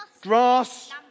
Grass